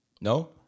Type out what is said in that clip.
No